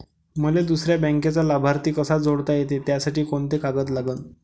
मले दुसऱ्या बँकेचा लाभार्थी कसा जोडता येते, त्यासाठी कोंते कागद लागन?